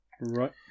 Right